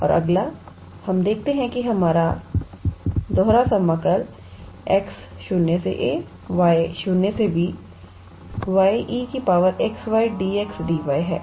और अगला हम देखते हैं कि हमारे पास x0ay0b 𝑦𝑒𝑥𝑦𝑑𝑥𝑑𝑦 है